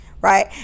right